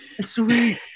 sweet